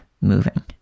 moving